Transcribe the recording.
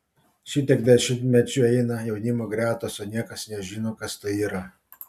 šitiek dešimtmečių eina jaunimo gretos o niekas nežino kas tai yra